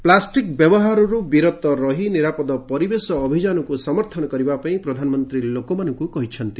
plastic ବ୍ୟବହାରରୁ ବିରତ ରହି ନିରାପଦ ପରିବେଶ ଅଭିଯାନକୁ ସମର୍ଥନ କରିବାପାଇଁ ପ୍ରଧାନମନ୍ତ୍ରୀ ଲୋକମାନଙ୍କୁ କହିଛନ୍ତି